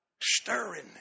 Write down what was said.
Stirring